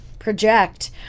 project